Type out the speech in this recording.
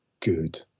good